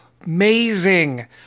amazing